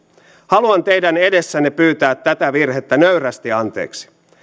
haluan teidän edessänne pyytää tätä virhettä nöyrästi anteeksi